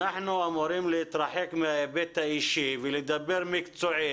אנחנו אמורים להתרחק מההיבט האישי ולדבר מקצועית.